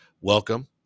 welcome